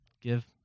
give